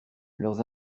leurs